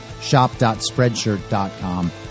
shop.spreadshirt.com